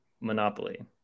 Monopoly